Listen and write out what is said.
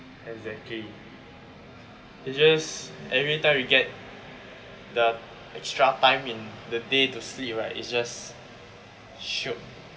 exactly it's just every time we get the extra time in the day to sleep right it's just shiok